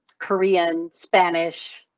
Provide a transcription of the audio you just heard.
korean, spanish,